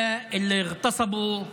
לגזר הדין